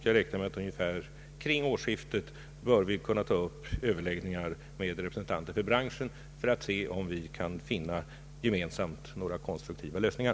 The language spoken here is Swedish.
Jag räknar med att vi omkring årsskiftet bör kunna ta upp överläggningar med representanter för branschen för att utröna om vi gemensamt kan finna några konstruktiva lösningar.